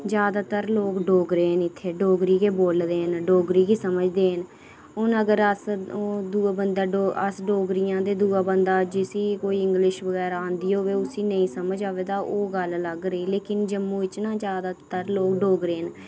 ज्यादातर लोग डोगरे न इत्थै डोगरी गै बोलदे न डोगरी गै समझदे न हून अगर अस दूआ बंदा अस डोगरे आं ते दूआ बंदा जिसी कोई इंगलिश बगैरा औंदी होऐ उसी नेईं समझ आवै तां ओह् गल्ल अलग रेही लेकिन जम्मू च ज्यादातर लोग डोगरे न